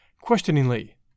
questioningly